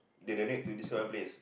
they donate to this well place